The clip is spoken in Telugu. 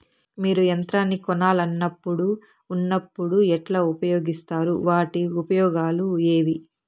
మీరు యంత్రాన్ని కొనాలన్నప్పుడు ఉన్నప్పుడు ఎట్లా ఉపయోగిస్తారు వాటి ఉపయోగాలు ఏవి?